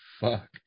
fuck